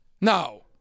No